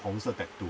红色的